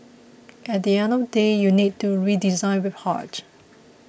at the end of the day you need to redesign with heart